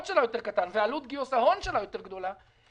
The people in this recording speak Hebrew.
שלה קטן יותר ועלות גיוס ההון שלה גדולה יותר,